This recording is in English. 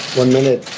one minute.